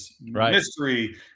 mystery